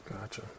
Gotcha